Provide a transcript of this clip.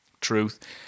truth